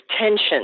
tension